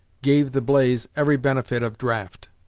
gave the blaze every benefit of draught.